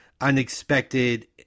unexpected